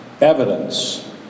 evidence